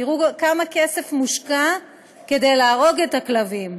תראו כמה כסף מושקע כדי להרוג את הכלבים.